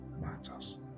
matters